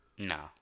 No